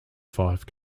five